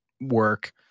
work